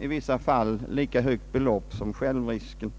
i vissa fall uppgår till ett belopp kanske lika stort som självrisken.